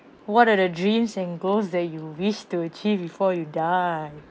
what are the dreams and goals that you wish to achieve before you die